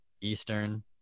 Eastern